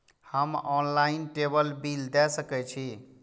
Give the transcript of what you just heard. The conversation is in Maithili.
हम ऑनलाईनटेबल बील दे सके छी?